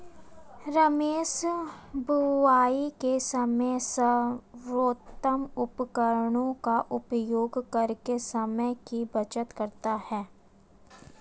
रमेश बुवाई के समय सर्वोत्तम उपकरणों का उपयोग करके समय की बचत करता है